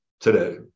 Today